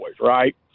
Right